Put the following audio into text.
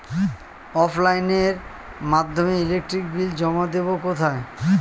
অফলাইনে এর মাধ্যমে ইলেকট্রিক বিল জমা দেবো কোথায়?